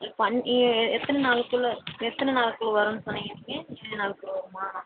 இப்போ எத்தனை நாளுக்குள்ளே எத்தனை நாள்க்குள்ளே வரும்னு சொன்னிங்க நீங்கள் ஏழு நாளுக்குள்ள வருமா